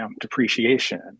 depreciation